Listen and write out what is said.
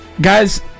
Guys